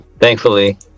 Thankfully